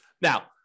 Now